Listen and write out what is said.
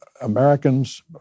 Americans